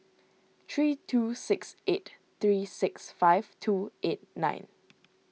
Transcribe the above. three two six eight three six five two eight nine